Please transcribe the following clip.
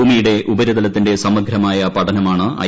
ഭൂമിയുടെ ഉപരിതലത്തിന്റെ സമഗ്രമായ പഠനമാണ് ഐ